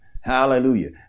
Hallelujah